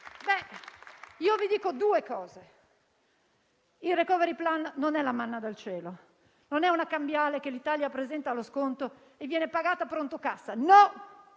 cosa. Vi dico due cose: il *recovery plan* non è la manna dal cielo, non è una cambiale che l'Italia presenta allo sconto e viene pagata pronto cassa: no,